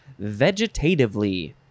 vegetatively